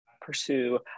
pursue